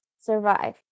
survive